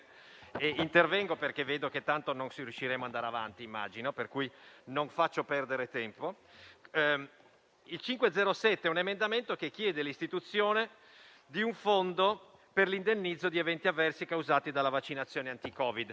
tempo. È un emendamento che chiede l'istituzione di un fondo per l'indennizzo di eventi avversi causati dalla vaccinazione anti-Covid.